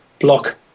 block